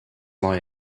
lie